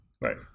right